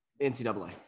NCAA